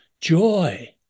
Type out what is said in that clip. Joy